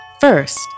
First